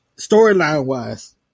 storyline-wise